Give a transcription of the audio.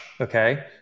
okay